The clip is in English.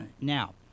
Now